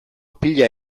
pila